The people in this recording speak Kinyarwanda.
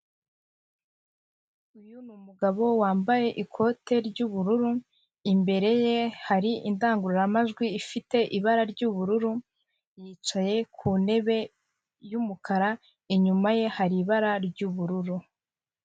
Uyu ni umugabo wambaye ikote ry'ubururu, imbere ye hari indangururamajwi ifite ibara ry'ubururu, yicaye ku ntebe y'umukara inyuma ye hari ibara ry'ubururu.